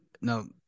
no